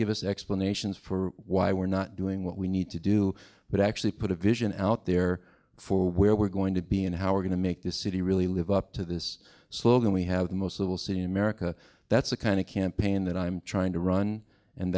give us explanations for why we're not doing what we need to do but actually put a vision out there for where we're going to be and how we're going to make this city really live up to this slogan we have the most will see america that's the kind of campaign that i'm trying to run and